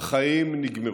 החיים נגמרו.